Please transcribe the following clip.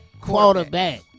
Quarterback